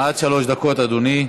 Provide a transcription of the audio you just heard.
הביטחון, עד שלוש דקות, אדוני.